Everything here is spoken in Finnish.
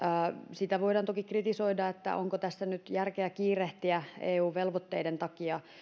sitä voidaan toki kritisoida että onko tässä nyt järkeä kiirehtiä eu velvoitteiden takia